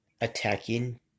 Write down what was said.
attacking